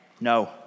No